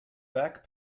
back